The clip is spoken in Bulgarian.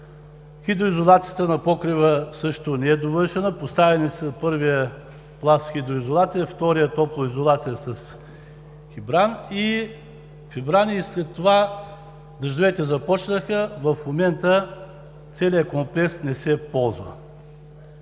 хидроизолацията на покрива също не е довършена, поставени са първият пласт хидроизолация, вторият топлоизолация с фибран и след това дъждовете започнаха. В момента целият комплекс не се ползва.